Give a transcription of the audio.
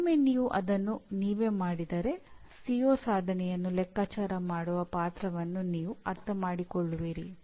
ಆದ್ದರಿಂದ ನೀವು ಸೂಕ್ತತೆಯ ಬಗ್ಗೆ ಪ್ರತಿಕ್ರಿಯಿಸಬೇಕೆಂದು ನಾವು ನಿರೀಕ್ಷಿಸುತ್ತೇವೆ